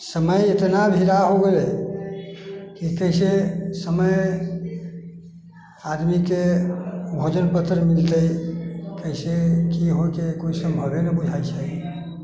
समय एतना भिराह हो गेलै कि कैसे समय आदमीके भोजन पतर मिलतै कैसे की हौते कोइ सम्भवे नहि बुझाइत छै